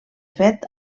fet